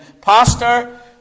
Pastor